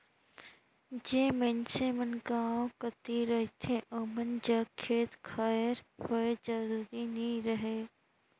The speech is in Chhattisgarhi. जेन मइनसे मन गाँव कती रहथें ओमन जग खेत खाएर होए जरूरी नी रहें